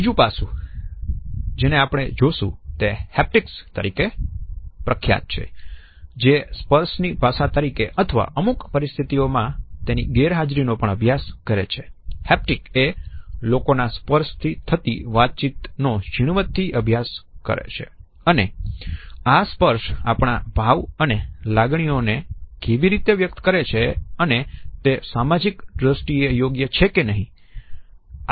ત્રીજું પાસુ જેને આપણે જોશું તે હેપ્ટિક તરીકે પ્રખ્યાત છે જે સ્પર્શ ની ભાષા તરીકે અથવા અમુક પરિસ્થિતિમાં તેની ગેરહાજરીનો પણ અભ્યાસ કરે છે